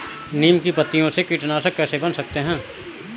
नीम की पत्तियों से कीटनाशक कैसे बना सकते हैं?